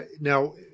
now